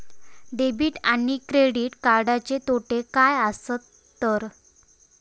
Debit आणि credit कार्डचे तोटे काय आसत तर?